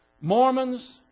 Mormons